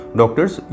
doctors